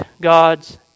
God's